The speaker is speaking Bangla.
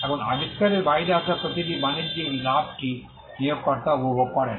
এখন আবিষ্কারের বাইরে আসা প্রতিটি বাণিজ্যিক লাভটি নিয়োগকর্তা উপভোগ করেন